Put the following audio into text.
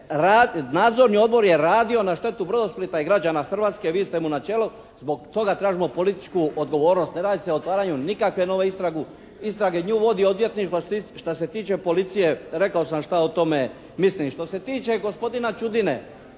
Nadzorni odbor je radio na štetu «Brodosplita» i građana Hrvatske. Vi ste mu na čelu. Zbog toga tražimo političku odgovornost. Ne radi se o otvaranju nikakve nove istrage. Nju vodi odvjetništvo. Što se tiče policije rekao sam šta o tome mislim. Što se tiče gospodina Čudine